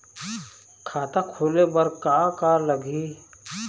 खाता खोले बर का का लगही?